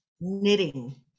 knitting